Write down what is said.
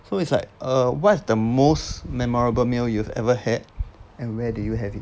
so it's like err what's the most memorable meal you've ever had and where did you have it